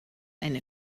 eine